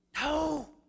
No